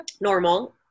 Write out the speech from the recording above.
normal